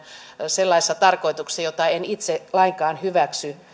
sellaisessa tarkoituksessa jota en itse lainkaan hyväksy